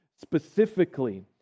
Specifically